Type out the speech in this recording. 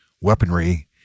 weaponry